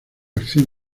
acción